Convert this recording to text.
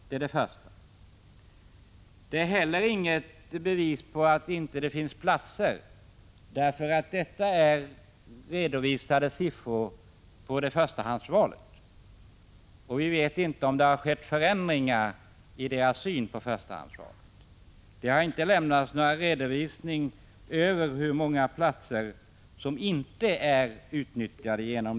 Den ger inte heller något bevis för påståendet att det inte skulle finnas platser. De redovisade siffrorna avser förstahandsvalet, och vi vet inte om det har skett förändringar i de sökandes syn på förstahandsvalet. I den sifferexercis som har förekommit i tidningarna har det inte lämnats någon redovisning över hur många platser som inte är utnyttjade.